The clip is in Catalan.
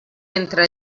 entre